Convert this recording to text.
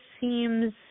seems –